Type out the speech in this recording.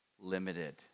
limited